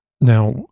Now